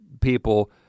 people